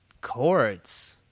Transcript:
chords